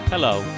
Hello